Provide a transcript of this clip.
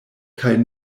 kaj